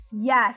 Yes